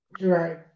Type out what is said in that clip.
Right